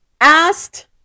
Asked